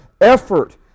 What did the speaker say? effort